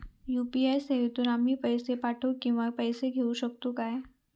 UPI सेवेतून आम्ही पैसे पाठव किंवा पैसे घेऊ शकतू काय?